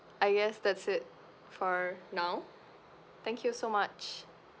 I guess that's it for now thank you so much